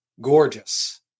Gorgeous